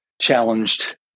challenged